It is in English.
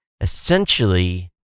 essentially